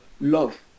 love